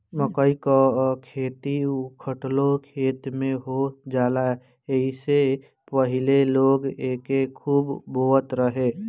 मकई कअ खेती उखठलो खेत में हो जाला एही से पहिले लोग एके खूब बोअत रहे